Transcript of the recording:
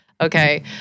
Okay